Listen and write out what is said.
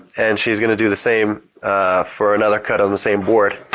and she's going to do the same for another cut on the same board.